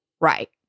right